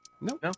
No